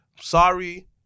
Sorry